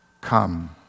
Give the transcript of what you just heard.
come